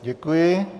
Děkuji.